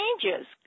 changes